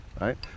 right